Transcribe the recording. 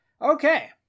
Okay